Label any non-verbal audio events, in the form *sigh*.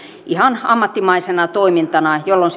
ihan ammattimaisena toimintana jolloin *unintelligible*